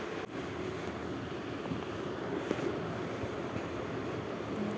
John Deere ट्रॅक्टरवर कितीची offer हाये?